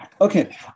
Okay